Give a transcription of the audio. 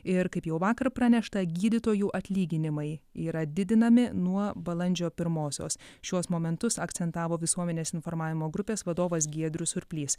ir kaip jau vakar pranešta gydytojų atlyginimai yra didinami nuo balandžio pirmosios šiuos momentus akcentavo visuomenės informavimo grupės vadovas giedrius surplys